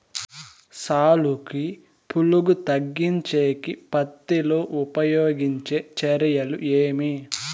సాలుకి పులుగు తగ్గించేకి పత్తి లో ఉపయోగించే చర్యలు ఏమి?